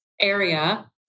area